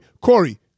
Corey